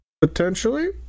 potentially